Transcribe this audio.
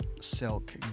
silk